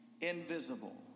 invisible